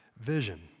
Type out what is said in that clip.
vision